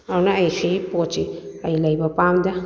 ꯑꯗꯨꯅ ꯑꯩꯁꯤ ꯄꯣꯠꯁꯤ ꯑꯩ ꯂꯩꯕ ꯄꯥꯝꯗꯦ